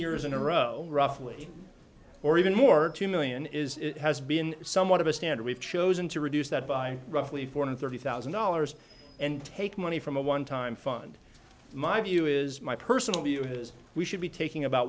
years in a row roughly or even more two million is it has been somewhat of a standard we've chosen to reduce that by roughly four hundred thirty thousand dollars and take money from a one time fund my view is my personal view is we should be taking about